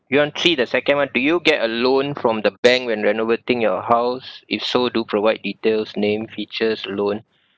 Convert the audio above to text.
you want three the second one do you get a loan from the bank when renovating your house if so do provide details name features loan